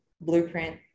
blueprint